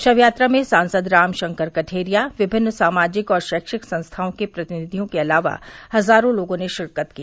शव यात्रा में सांसद राम शंकर कठेरिया विभिन्न सामाजिक शैक्षिक संस्थाओं के प्रतिनिधियों के अलावा हजारों लोगों ने शिरकत की